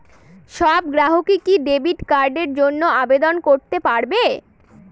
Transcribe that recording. সব গ্রাহকই কি ডেবিট কার্ডের জন্য আবেদন করতে পারে?